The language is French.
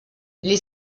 les